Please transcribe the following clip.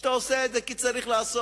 שאתה עושה את זה כי צריך לעשות,